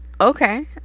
Okay